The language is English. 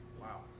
Wow